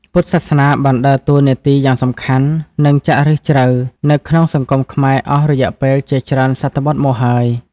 ពុទ្ធសាសនាបានដើរតួនាទីយ៉ាងសំខាន់ និងចាក់ឫសជ្រៅនៅក្នុងសង្គមខ្មែរអស់រយៈពេលជាច្រើនសតវត្សរ៍មកហើយ។